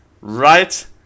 right